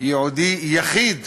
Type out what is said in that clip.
ייעודי יחיד,